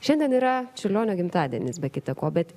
šiandien yra čiurlionio gimtadienis be kita ko bet